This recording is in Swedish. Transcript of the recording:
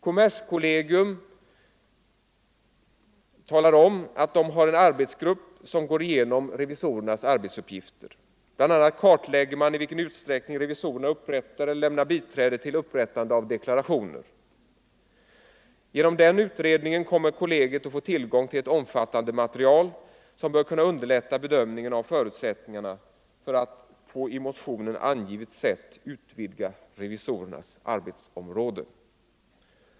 Kommerskollegium talar om att man har en arbetsgrupp som går igenom revisorernas arbetsuppgifter. Bland annat kartlägger den i vilken utsträckning revisorerna upprättar eller lämnar biträde vid upprättande av deklarationer. Genom den utredningen kommer kollegiet att få tillgång till ett omfattande material, som bör kunna underlätta bedömningen av förutsättningarna för att på i motionen angivet sätt utvidga revisorernas arbetsområde.